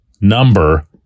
number